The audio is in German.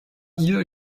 ihr